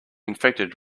infected